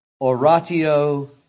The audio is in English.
oratio